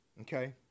Okay